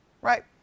Right